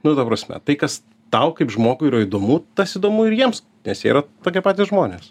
nu ta prasme tai kas tau kaip žmogui yra įdomu tas įdomu ir jiems nes yra tokie patys žmonės